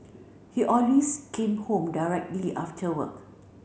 he always came home directly after work